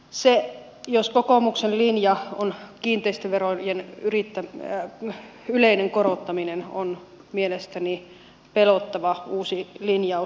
se jos kokoomuksen linja on kiinteistöverojen yleinen korottaminen on mielestäni pelottava uusi linjaus